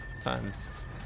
times